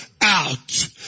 out